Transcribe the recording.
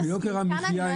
המחיה.